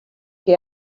que